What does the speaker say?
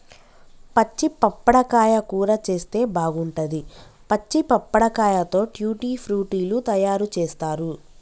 పచ్చి పప్పడకాయ కూర చేస్తే బాగుంటది, పచ్చి పప్పడకాయతో ట్యూటీ ఫ్రూటీ లు తయారు చేస్తారు